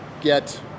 get